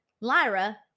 Lyra